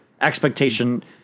expectation –